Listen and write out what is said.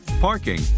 parking